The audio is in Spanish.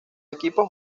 equipos